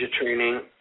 training